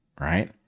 right